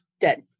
dead